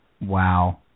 Wow